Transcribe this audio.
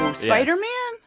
um spider-man? um